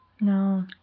No